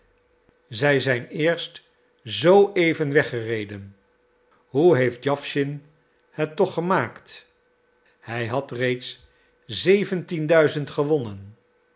zij zijn eerst zooeven weggereden hoe heeft jawschin het toch gemaakt hij had reeds zeventienduizend gewonnen